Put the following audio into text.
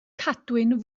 cadwyn